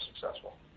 successful